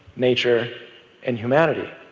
nature and humanity.